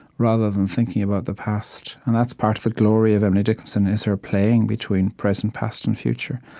rather than thinking about the past and that's part of the glory of emily dickinson, is her playing between present, past, and future.